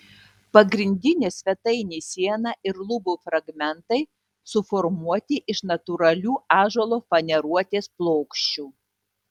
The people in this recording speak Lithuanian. pagrindinė svetainės siena ir lubų fragmentai suformuoti iš natūralių ąžuolo faneruotės plokščių